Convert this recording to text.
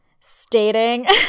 Stating